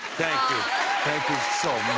thank you. thank you so